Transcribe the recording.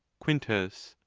quintus.